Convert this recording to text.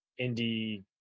Indie